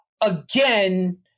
again